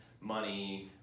money